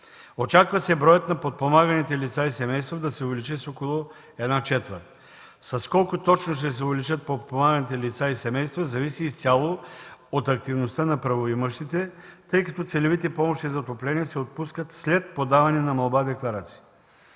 Очаква се броят на подпомаганите лица и семейства да се увеличи с около една четвърт. С колко точно ще се увеличат подпомаганите лица и семейства зависи изцяло от активността на правоимащите, тъй като целевите помощи за отопление се отпускат след подаване на Молба-декларация.